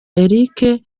eric